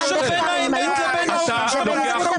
אין שום קשר בין האמת לבין מה שאתה אומר.